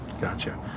gotcha